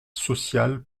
social